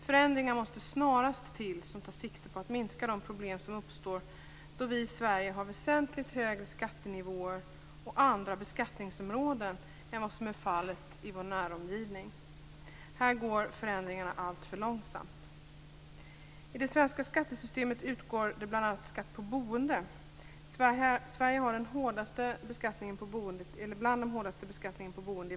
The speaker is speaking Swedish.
Förändringar måste snarast till som tar sikte på att minska de problem som uppstår då vi i Sverige har väsentligt högre skattenivåer och andra beskattningsområden än vad som är fallet i vår nära omgivning. I det här avseendet går förändringarna alltför långsamt. I det svenska skattesystemet utgår bl.a. skatt på boende. Sverige är ett av de länder i världen som har hårdast beskattning på boende.